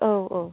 औ औ